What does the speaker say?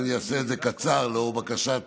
ואני אעשה את זה קצר לאור בקשת